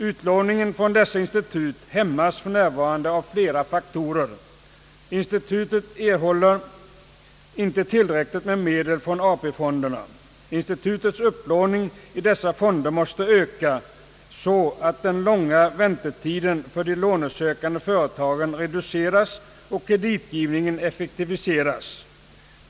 Utlåningen från dessa institut hämmas för närvarande av flera faktorer. Instituten erhåller inte tillräckligt med medel från AP-fonderna. Institutens upplåning från dessa fonder måste öka så att den långa väntetiden för de lånesökande företagen reduceras och kreditgivningen effektiviseras.